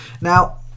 now